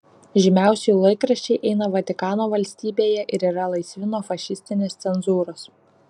žymiausi jų laikraščiai eina vatikano valstybėje ir yra laisvi nuo fašistinės cenzūros